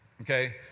okay